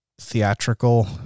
theatrical